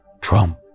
Trump